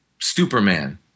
Superman